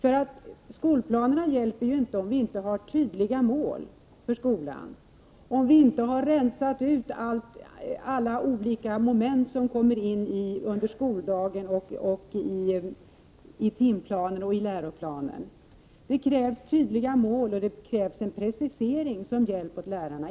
Det hjälper inte om vi inte har tydliga mål för skolan, om vi inte har rensat ut alla olika moment som kommer under skoldagen och i timplanen och läroplanen. Det krävs tydliga mål, och det krävs en precisering som hjälp åt lärarna.